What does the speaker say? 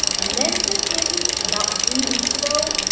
and then, says candy, about three weeks ago,